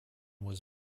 was